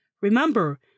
Remember